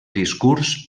discurs